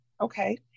okay